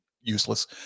useless